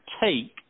take